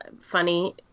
funny